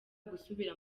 gusubira